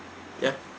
ya